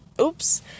oops